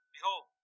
Behold